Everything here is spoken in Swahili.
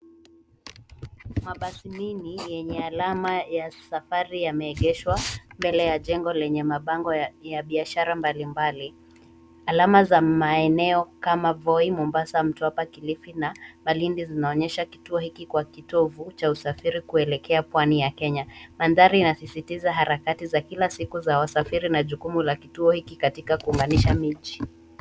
Mabasi mengi yenye alama ya safari yameegeshwa mbele ya jengo lenye mabango ya biashara mbalimbali. Alama za maeneo kama Voi, Mombasa, Mtwapa, Kilifi na Malindi zinaonyesha kituo hiki kuwa kitovu cha usafiri kuelekea Pwani ya Kenya. Mandhari inasisitiza harakati za kila siku za wasafiri na jukumu la kituo hiki katika kuunganisha miji.